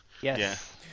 Yes